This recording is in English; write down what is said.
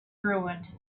ruined